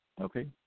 Okay